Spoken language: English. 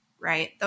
Right